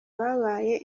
babaye